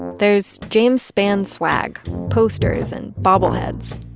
there's james spann swag posters and bobbleheads.